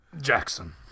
Jackson